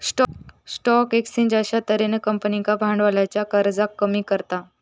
stock exchange अश्या तर्हेन कंपनींका भांडवलाच्या खर्चाक कमी करता